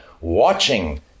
watching